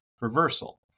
reversal